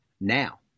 now